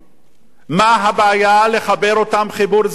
מה הבעיה לחבר אותם חיבור זמני לחשמל?